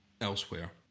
elsewhere